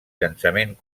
llançament